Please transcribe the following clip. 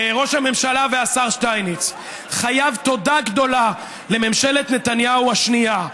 ראש הממשלה והשר שטייניץ חייב תודה גדולה לממשלת נתניהו השנייה,